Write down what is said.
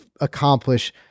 accomplish